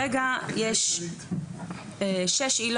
שום מומחיות.